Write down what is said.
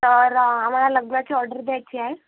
तर आम्हाला लग्नाची ऑर्डर द्यायची आहे